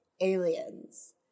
aliens